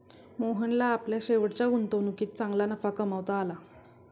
मोहनला आपल्या शेवटच्या गुंतवणुकीत चांगला नफा कमावता आला